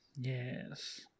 Yes